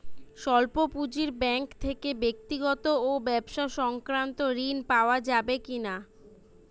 স্বল্প পুঁজির ব্যাঙ্ক থেকে ব্যক্তিগত ও ব্যবসা সংক্রান্ত ঋণ পাওয়া যাবে কিনা?